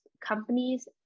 companies